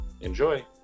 Enjoy